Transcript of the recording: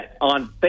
On